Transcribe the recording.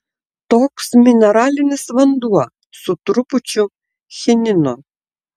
toks mineralinis vanduo su trupučiu chinino